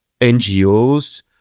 NGOs